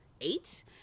eight